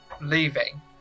leaving